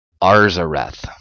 Arzareth